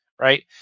right